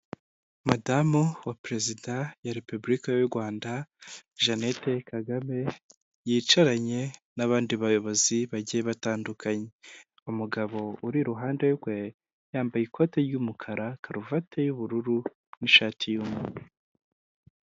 Madamu wa perezida wa Repubulika y'u Rwanda Jeannette Kagame yicaranye n'abandi bayobozi bagiye batandukanye, umugabo uri iruhande rwe yambaye ikote ry'umukara, karuvati y'ubururu n'ishati y'umweru.